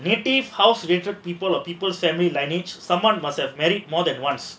if if how sedated people or people someone must have married more than once